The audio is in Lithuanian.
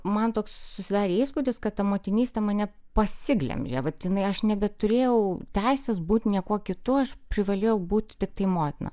man toks susidarė įspūdis kad ta motinystė mane pasiglemžė vat jinai aš nebeturėjau teisės būti niekuo kitu aš privalėjau būti tiktai motina